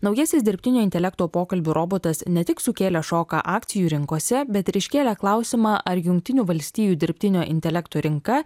naujasis dirbtinio intelekto pokalbių robotas ne tik sukėlė šoką akcijų rinkose bet ir iškėlė klausimą ar jungtinių valstijų dirbtinio intelekto rinka